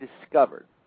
discovered